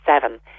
Seven